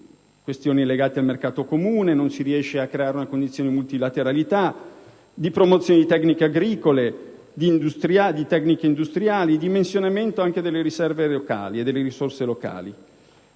questioni legate al mercato comune. Non si riesce a creare una condizione di multilateralità, di promozione di tecniche agricole ed industriali, di dimensionamento delle riserve e delle risorse locali.